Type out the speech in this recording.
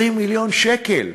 20 מיליון שקל.